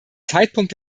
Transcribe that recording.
zeitpunkt